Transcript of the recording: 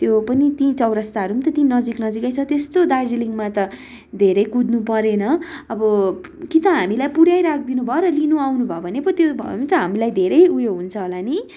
त्यो पनि त्यहीँ चौरस्ताहरू पनि त त्यहीँ नजिक नजिकै छ त्यस्तो दार्जिलिङमा त धेरै कुद्नु परेन अब कि त हामीलाई पुऱ्याइ राखिदिनु भयो र लिनु आउनु भयो भने पो त्यो हामीलाई धेरै उयो हुन्छ होला नि